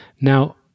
Now